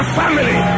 family